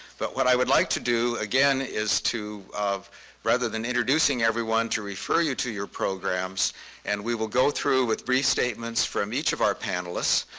but what i would like to do, again, is to, rather than introducing everyone, to refer you to your programs and we will go through with brief statements from each of our panelists.